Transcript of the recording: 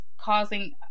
causing